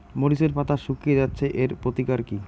মরিচের পাতা শুকিয়ে যাচ্ছে এর প্রতিকার কি?